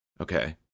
okay